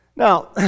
Now